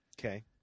Okay